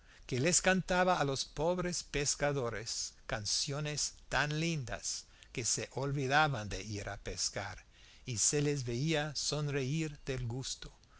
que les cantaba a los pobres pescadores canciones tan lindas que se olvidaban de ir a pescar y se les veía sonreír del gusto